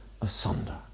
asunder